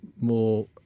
more